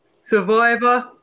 Survivor